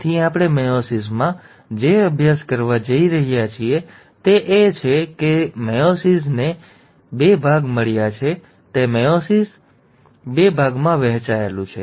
તેથી આપણે મેયોસિસમાં જે અભ્યાસ કરવા જઈ રહ્યા છીએ તે એ છે કે મેયોસિસને જ બે ભાગ મળ્યા છે તે મેયોસિસ એક અને મેયોસિસ બેમાં વહેંચાયેલું છે